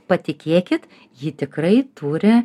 patikėkit ji tikrai turi